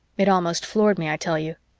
it almost floored me, i tell you.